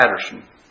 Patterson